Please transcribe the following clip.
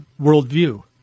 worldview